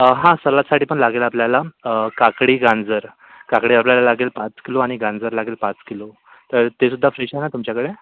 हां सलादसाठी पण लागेल आपल्याला काकडी गाजर काकडी आपल्याला लागेल पाच किलो आणि गाजर लागेल पाच किलो तर ते सुद्धा फ्रेश आहे ना तुमच्याकडे